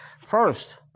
First